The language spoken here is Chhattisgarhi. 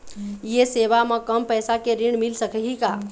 ये सेवा म कम पैसा के ऋण मिल सकही का?